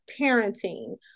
parenting